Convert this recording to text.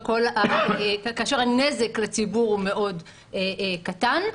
כאשר הנזק לציבור הוא מאוד קטן.